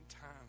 time